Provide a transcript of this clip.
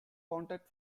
contact